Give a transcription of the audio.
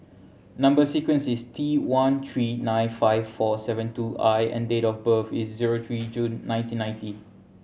number sequence is T one three nine five four seven two I and date of birth is zero three June nineteen ninety